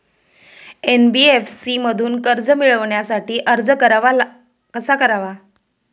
NBFC मधून कर्ज मिळवण्यासाठी अर्ज कसा करावा?